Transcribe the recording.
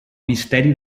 misteri